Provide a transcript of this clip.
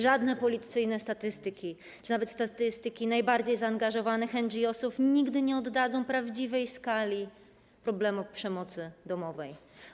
Żadne policyjne statystyki czy nawet statystyki najbardziej zaangażowanych NGOs nigdy nie oddadzą prawdziwej skali problemu przemocy domowej.